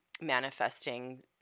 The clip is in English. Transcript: manifesting